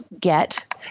get